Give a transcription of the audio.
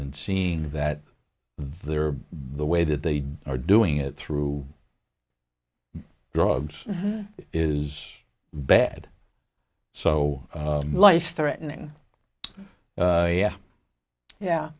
n seeing that they're the way that they are doing it through drugs is bad so life threatening yeah yeah